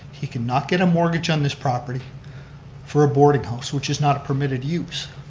you can not get a mortgage on this property for a boarding house which is not permitted use.